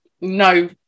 No